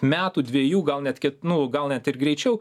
metų dvejų gal net ket nu gal net ir greičiau